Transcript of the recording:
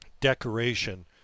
decoration